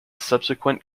subsequent